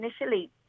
initially